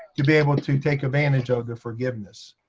to be able to take advantage of the forgiveness.